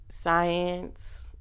Science